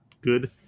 good